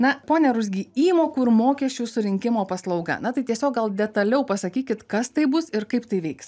na pone ruzgy įmokų ir mokesčių surinkimo paslauga na tai tiesiog gal detaliau pasakykit kas tai bus ir kaip tai veiks